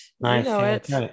Nice